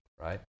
right